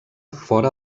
fora